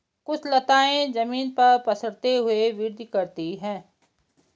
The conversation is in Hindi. कुछ लताएं जमीन पर पसरते हुए वृद्धि करती हैं